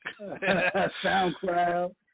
SoundCloud